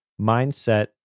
mindset